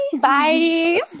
Bye